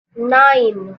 nine